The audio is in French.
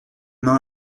main